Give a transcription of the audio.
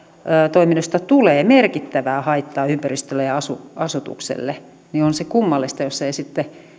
toiminnoista tulee merkittävää haittaa ympäristölle ja asutukselle niin on se kummallista jos eivät sitten